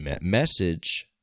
message